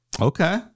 Okay